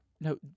No